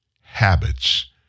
habits